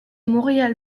montréal